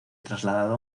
trasladado